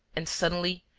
and, suddenly,